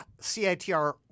CITR